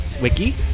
wiki